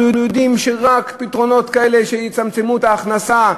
אנחנו יודעים שרק פתרונות כאלה שיצמצמו את ההכנסה,